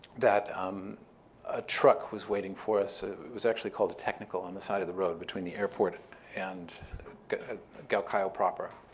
that um a truck was waiting for us. it was actually called a technical on the side of the road between the airport and galkayo proper.